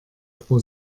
pro